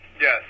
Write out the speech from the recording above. Yes